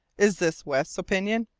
is this west's opinion?